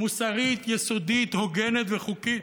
מוסרית יסודית, הוגנת וחוקית.